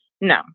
No